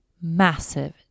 massive